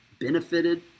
benefited